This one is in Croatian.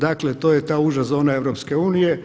Dakle, to je ta uža zona EU.